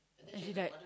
and she died